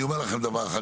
אני אומר לכם דבר אחד,